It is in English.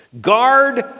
Guard